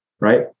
right